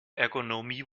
ergonomie